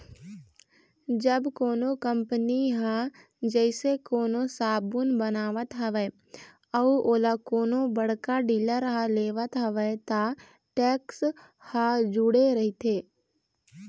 जब कोनो कंपनी ह जइसे कोनो साबून बनावत हवय अउ ओला कोनो बड़का डीलर ह लेवत हवय त टेक्स ह जूड़े रहिथे